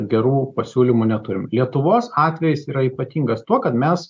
gerų pasiūlymų neturim lietuvos atvejis yra ypatingas tuo kad mes